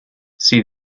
see